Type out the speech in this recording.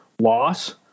loss